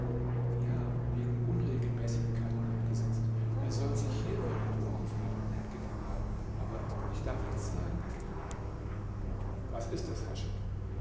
ja wegen unregelmäßigkeiten abgesetzt er soll sich hier irgendwo aufhalten herr general aber ich darf nichts sagen herr general was ist es